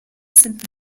sind